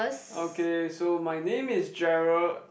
okay so my name is Gerald